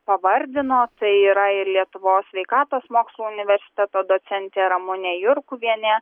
pavardino tai yra ir lietuvos sveikatos mokslų universiteto docentė ramunė jurkuvienė